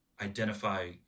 identify